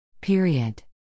Period